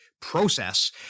process